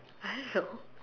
I don't know